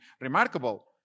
remarkable